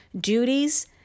Duties